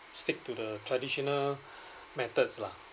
stick to the traditional methods lah